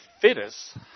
fittest